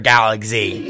Galaxy